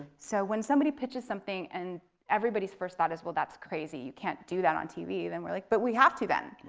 so when somebody pitches something and everybody's first thought is, well, that's crazy, you can't do that on tv. then we're like, but we have to then.